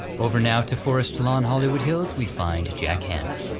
over now to forest lawn hollywood hills, we find jack hannah.